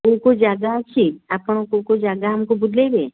କେଉଁ କେଉଁ ଜାଗା ଅଛି ଆପଣ କେଉଁ କେଉଁ ଜାଗା ଆମକୁ ବୁଲାଇବେ